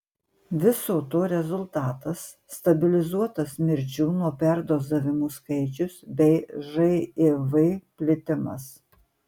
viso to rezultatas stabilizuotas mirčių nuo perdozavimų skaičius bei živ plitimas